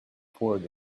poured